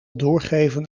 doorgeven